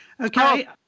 Okay